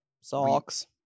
Socks